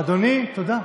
אדוני, תודה.